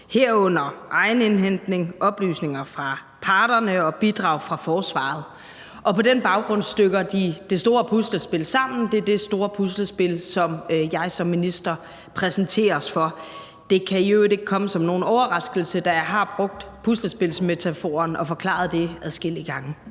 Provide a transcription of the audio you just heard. herunder egen indhentning, oplysninger fra parterne og bidrag fra forsvaret. På den baggrund stykker de det store puslespil sammen, og det er det store puslespil, som jeg som minister præsenteres for. Det kan i øvrigt ikke komme som nogen overraskelse, da jeg har brugt puslespilsmetaforen og forklaret det adskillige gange.